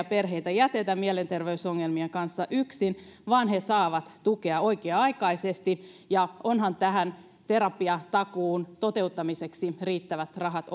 perheitä jätetä mielenterveysongelmien kanssa yksin vaan he saavat tukea oikea aikaisesti ja onhan terapiatakuun toteuttamiseksi olemassa riittävät rahat